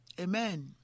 Amen